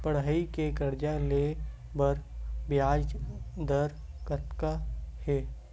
पढ़ई के कर्जा ले बर ब्याज दर कतका हे?